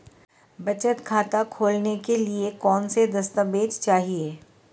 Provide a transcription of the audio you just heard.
बचत खाता खोलने के लिए कौनसे दस्तावेज़ चाहिए?